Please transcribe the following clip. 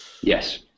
Yes